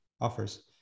offers